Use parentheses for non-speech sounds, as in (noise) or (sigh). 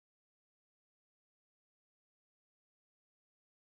(unintelligible)